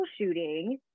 troubleshooting